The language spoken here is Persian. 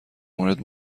مورد